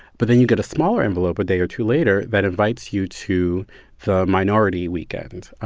but then you get a smaller envelope a day or two later that invites you to the minority weekend.